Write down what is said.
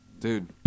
dude